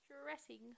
stressing